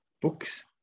books